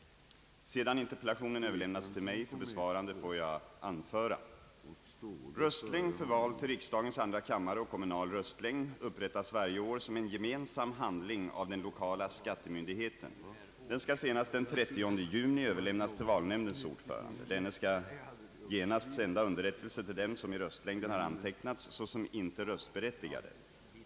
Sedan interpellationen överlämnats till mig för besvarande får jag anföra. Röstlängd för val till riksdagens andra kammare och kommunal röstlängd upprättas varje år som en gemensam handling av den lokala skattemyndigheten. Den skall senast den 30 juni överlämnas till valnämndens ordförande. Denne skall genast sända underrättelse till dem som i röstlängden har antecknats såsom inte röstberättigade.